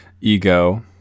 Ego